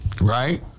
Right